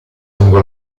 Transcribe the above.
lungo